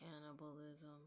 Cannibalism